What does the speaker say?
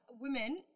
women